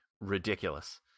ridiculous